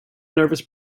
nervous